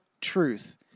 truth